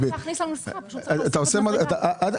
אגב,